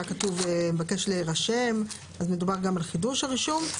היה כתוב "מבקש להירשם" אז מדובר גם על חידוש הרישום.